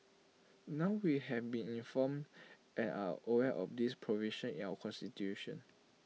now we have been informed and are aware of this provision in our Constitution